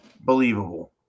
believable